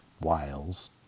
whales